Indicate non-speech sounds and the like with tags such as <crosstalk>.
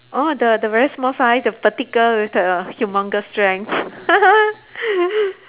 orh the the the very small size the petite with the humongous strength <laughs>